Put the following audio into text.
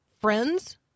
friends